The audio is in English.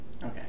Okay